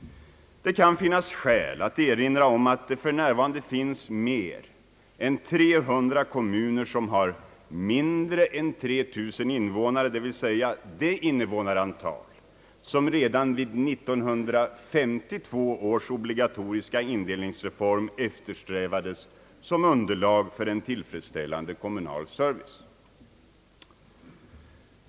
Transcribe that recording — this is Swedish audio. Det kan finnas skäl att erinra om att för närvarande finns mer än 300 kommuner som har mindre än 3 000 invånare, dvs. det invånarantal som redan vid 1952 års obligatoriska indelningsreform eftersträvades som underlag för en tillfredsställande kommunal service.